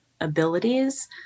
abilities